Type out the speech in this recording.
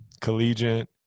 collegiate